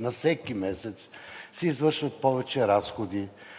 на всеки месец, се извършват повече разходи,